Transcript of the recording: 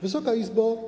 Wysoka Izbo!